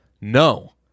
No